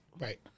Right